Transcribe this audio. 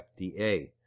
FDA